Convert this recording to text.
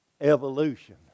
evolution